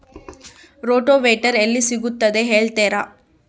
Rotavator ಎಲ್ಲಿ ಸಿಗುತ್ತದೆ ಹೇಳ್ತೇರಾ?